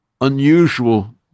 unusual